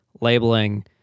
labeling